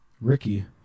Ricky